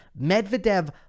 Medvedev